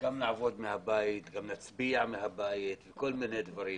גם נעבוד מהבית גם נצביע מהבית וכל מיני דברים.